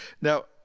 Now